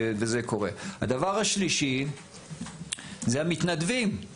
הדבר השלישי זה המתנדבים.